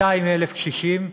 200,000 קשישים,